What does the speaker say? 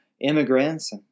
immigrants